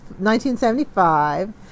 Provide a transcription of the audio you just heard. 1975